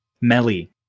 Melly